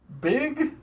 big